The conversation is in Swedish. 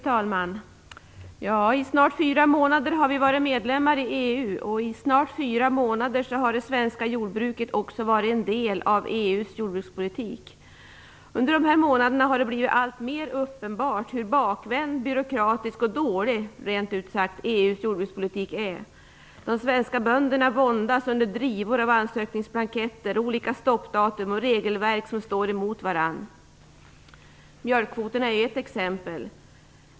Fru talman! I snart fyra månader har vi varit medlemmar i EU, och i snart fyra månader har det svenska jordbruket också varit en del av EU:s jordbrukspolitik. Under dessa månader har det blivit alltmer uppenbart hur bakvänd, byråkratisk och rent ut sagt dålig EU:s jordbrukspolitik är. De svenska bönderna våndas under drivor av ansökningsblanketter, olika stoppdatum och regelverk som står emot varandra. Mjölkkvoterna är ett exempel.